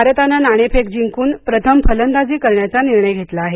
भारताने नाणेफेक जिंकून प्रथम फलंदाजी करण्याचा निर्णय घेतला आहे